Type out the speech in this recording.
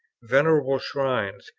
venerable shrines,